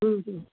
हम्म हम्म